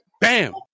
Bam